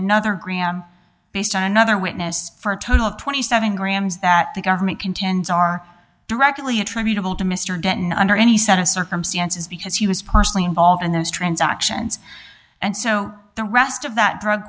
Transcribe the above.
another gram based on another witness for a total of twenty seven grams that the government contends are directly attributable to mr denton under any set of circumstances because he was personally involved in those transactions and so the rest of that drug